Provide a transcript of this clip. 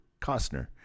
Costner